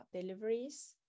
deliveries